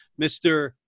Mr